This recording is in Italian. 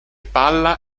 palla